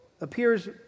appears